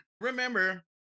Remember